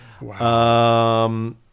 Wow